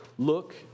look